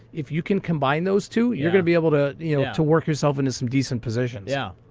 if you can combine those two, you're going to be able to you know to work yourself into some decent positions. yeah.